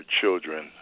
children